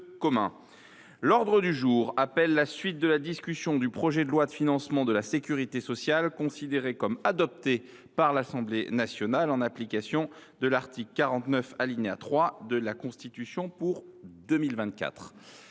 L’ordre du jour appelle la suite de la discussion du projet de loi de financement de la sécurité sociale, considéré comme adopté par l’Assemblée nationale en application de l’article 49, alinéa 3, de la Constitution, pour 2024